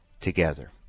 together